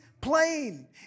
plain